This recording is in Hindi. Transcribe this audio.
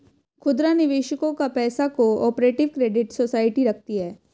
खुदरा निवेशकों का पैसा को ऑपरेटिव क्रेडिट सोसाइटी रखती है